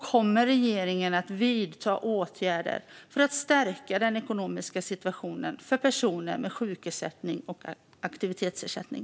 Kommer regeringen att vidta åtgärder för att stärka den ekonomiska situationen för personer med sjuk och aktivitetsersättning?